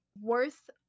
worth